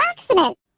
accident